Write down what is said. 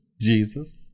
Jesus